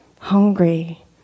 hungry